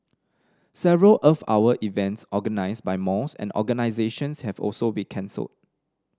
several Earth Hour events organised by malls and organisations have also been cancelled